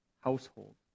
household